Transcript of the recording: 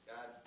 God